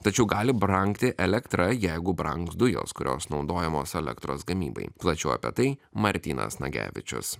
tačiau gali brangti elektra jeigu brangs dujos kurios naudojamos elektros gamybai plačiau apie tai martynas nagevičius